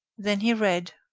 then he read